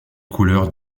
couleurs